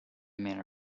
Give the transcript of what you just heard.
man